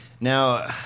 now